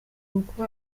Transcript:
kuko